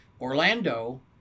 Orlando